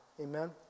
Amen